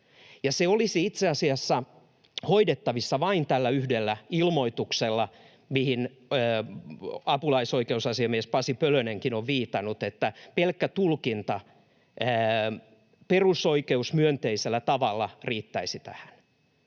Se olisi itse asiassa hoidettavissa vain tällä yhdellä ilmoituksella, mihin apulaisoikeusasiamies Pasi Pölönenkin on viitannut, että pelkkä tulkinta perusoikeusmyönteisellä tavalla riittäisi tähän.